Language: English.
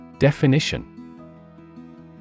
Definition